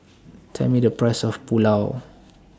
Tell Me The Price of Pulao